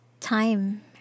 time